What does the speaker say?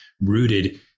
rooted